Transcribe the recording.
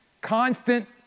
constant